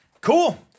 Cool